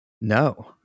No